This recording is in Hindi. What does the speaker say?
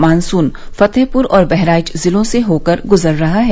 मानसून फतेहपुर और बहराइच जिलों से होकर गुजर रहा है